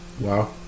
wow